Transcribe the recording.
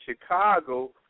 Chicago